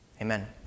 Amen